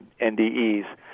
NDEs